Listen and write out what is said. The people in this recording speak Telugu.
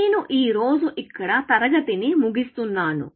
నేను ఈ రోజు ఇక్కడ తరగతి ని ముగిస్తున్నాను